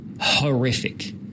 horrific